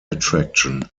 attraction